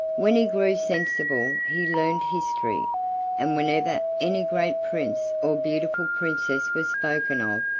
when he grew sensible he learned history and whenever any great prince or beautiful princess was spoken of,